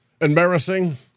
Embarrassing